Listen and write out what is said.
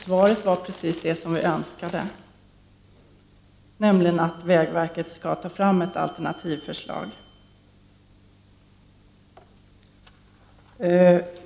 Svaret är precis vad vi har önskat, nämligen att vägverket skall ta fram ett alternativförslag.